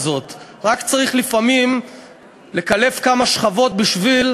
כפי שקרה במהפכה החברתית שהתרחשה לנגד עינינו רק לפני שנתיים,